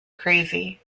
crazy